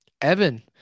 Evan